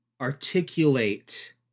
articulate